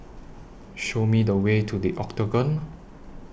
Show Me The Way to The Octagon